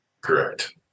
correct